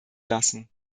lassen